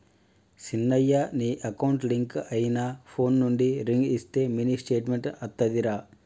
సిన్నయ నీ account link అయిన ఫోన్ నుండి రింగ్ ఇస్తే మినీ స్టేట్మెంట్ అత్తాదిరా